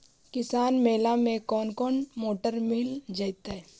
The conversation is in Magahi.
किसान मेला में कोन कोन मोटर मिल जैतै?